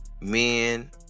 men